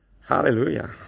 Hallelujah